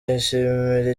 yishimira